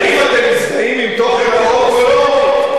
האם אתם מזדהים עם תוכן החוק או לא,